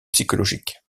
psychologiques